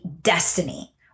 destiny